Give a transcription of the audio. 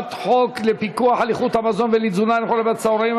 הצעת חוק לפיקוח על איכות המזון ולתזונה נכונה בצהרונים,